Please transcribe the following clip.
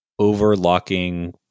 overlocking